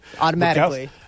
automatically